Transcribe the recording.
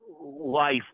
life